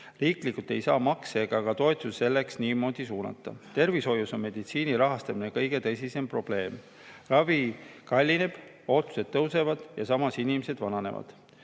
Riiklikult ei saa makse ega ka toetusi selleks niimoodi suunata. Tervishoius on meditsiini rahastamine kõige tõsisem probleem. Ravi kallineb, ootused tõusevad ja samas inimesed vananevad.